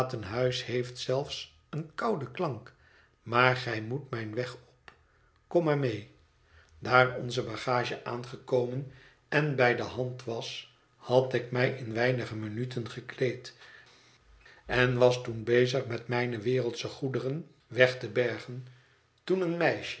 heeft zelfs een kouden klank maar gij moet mijn weg op kom maar mee daar onze bagage aangekomen en bij de hand was had ik mij in weinige minuten gekleed en was toen bezig met mijne wereldsche goehet veel aten huis deren weg te bergen toen een